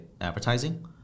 advertising